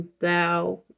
thou